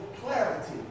clarity